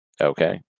Okay